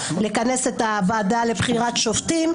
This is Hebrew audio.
המשפטים לכנס את הוועדה לבחירת שופטים,